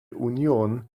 union